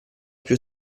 più